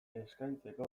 eskaintzeko